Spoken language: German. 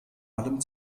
allem